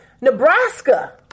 Nebraska